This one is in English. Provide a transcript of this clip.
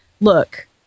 look